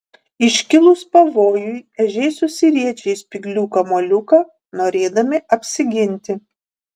iškilus pavojui ežiai susiriečia į spyglių kamuoliuką norėdami apsiginti